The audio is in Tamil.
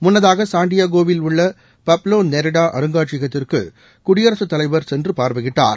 முன்னதாக சாண்டியாகோவில் உள்ள பப்லோ நெரடா அருங்காட்சியத்திற்கு குடியரகத் தலைவர் சென்று பார்வையிட்டார்